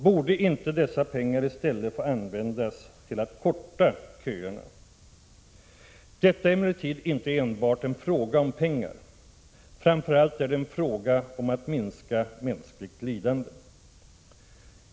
Borde inte dessa pengar i stället användas till att förkorta köerna? Detta är emellertid inte enbart en fråga om pengar. Framför allt är det en fråga om att minska mänskligt lidande.